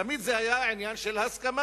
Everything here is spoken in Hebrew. תמיד זה היה עניין של הסכמה,